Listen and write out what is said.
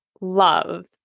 love